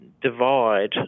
divide